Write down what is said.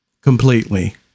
completely